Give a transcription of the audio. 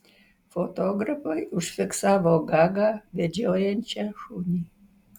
fotografai užfiksavo gagą vedžiojančią šunį